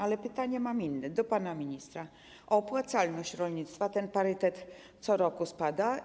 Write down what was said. Ale pytanie mam inne do pana ministra, o opłacalność rolnictwa, bo ten parytet co roku spada.